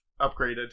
upgraded